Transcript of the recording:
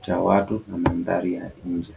cha watu na mandhari ya nje.